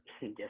Yes